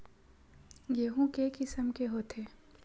गेहूं के किसम के होथे?